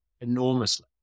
enormously